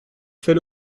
fait